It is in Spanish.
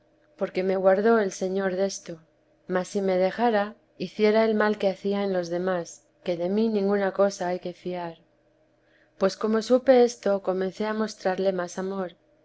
porque me guardó el señor desto mas si me dejara hiciera el mal que hacía en los demás que de mí ninguna cosa hay que fiar pues como supe esto comencé a mostrarle más amor